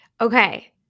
Okay